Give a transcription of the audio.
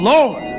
Lord